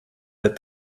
that